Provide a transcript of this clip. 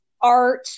art